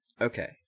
Okay